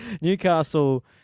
Newcastle